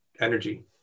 energy